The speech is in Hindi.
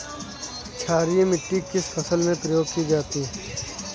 क्षारीय मिट्टी किस फसल में प्रयोग की जाती है?